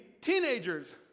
teenagers